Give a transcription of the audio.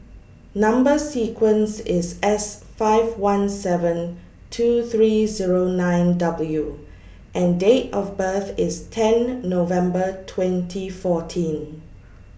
Number sequence IS S five one seven two three Zero nine W and Date of birth IS ten November twenty fourteen